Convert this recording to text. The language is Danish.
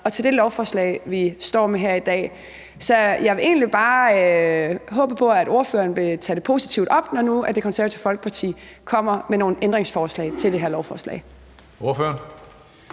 og til det lovforslag, vi står med her i dag. Så jeg vil egentlig bare håbe på, at ordføreren vil tage det positivt op, når nu Det Konservative Folkeparti kommer med nogle ændringsforslag til det her lovforslag. Kl.